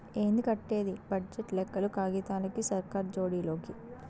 ఏంది కట్టేది బడ్జెట్ లెక్కలు కాగితాలకి, సర్కార్ జోడి లోకి